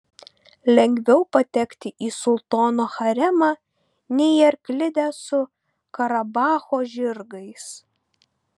lengviau patekti į sultono haremą nei į arklidę su karabacho žirgais